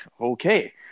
okay